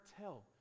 tell